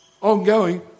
Ongoing